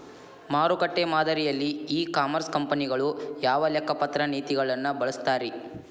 ಮಾರುಕಟ್ಟೆ ಮಾದರಿಯಲ್ಲಿ e commerce ಕಂಪನಿಗಳು ಯಾವ ಲೆಕ್ಕಪತ್ರ ನೇತಿಗಳನ್ನ ಬಳಸುತ್ತಾರಿ?